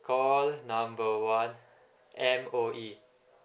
call number one M_O_E